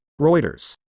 Reuters